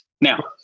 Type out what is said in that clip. Now